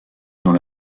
dans